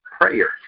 prayer